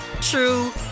true